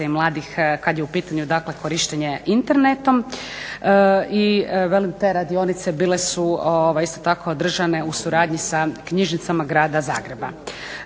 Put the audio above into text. i mladih kad je u pitanju, dakle korištenje internetom. I velim te radionice bile su isto tako održane u suradnji sa knjižnicama grada Zagreba.